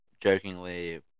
Jokingly